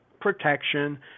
protection